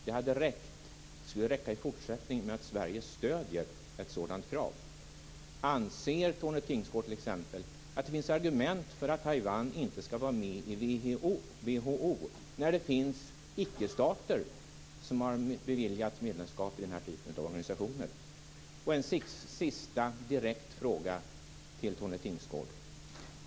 Det hade räckt med att Sverige hade stött ett sådant krav, och det skulle räcka i fortsättningen. Anser Tone Tingsgård t.ex. att det finns argument för att Taiwan inte skall vara med i WHO? Det finns ju ickestater som har beviljats medlemskap i denna typ av organisationer. Jag har en sista direkt fråga till Tone Tingsgård.